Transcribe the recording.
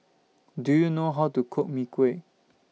Do YOU know How to Cook Mee Kuah